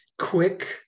quick